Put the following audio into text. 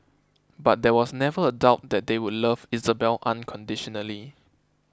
but there was never a doubt that they would love Isabelle unconditionally